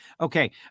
Okay